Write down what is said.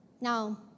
Now